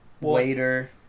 waiter